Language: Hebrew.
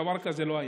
דבר כזה לא היה.